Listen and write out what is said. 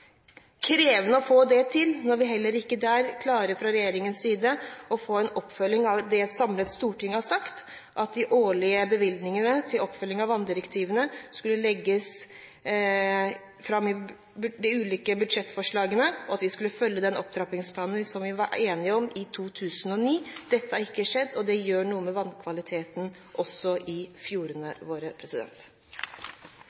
krevende å få det til når vi heller ikke der fra regjeringens side klarer å få en oppfølging av det et samlet storting har sagt, at de årlige bevilgningene til oppfølging av vanndirektivene skulle legges fram i de ulike budsjettforslagene, og at vi skulle følge den opptrappingsplanen som vi var enige om i 2009. Dette har ikke skjedd, og det gjør noe med vannkvaliteten også i fjordene